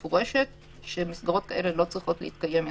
מפורשות שמסגרות אלה לא צריכות להתקיים יותר.